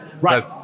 Right